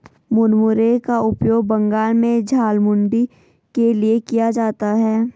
मुरमुरे का उपयोग बंगाल में झालमुड़ी के लिए किया जाता है